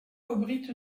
abrite